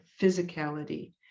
physicality